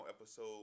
episode